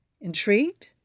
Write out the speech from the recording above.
Intrigued